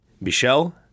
Michelle